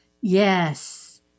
Yes